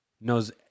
knows